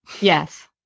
Yes